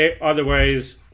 otherwise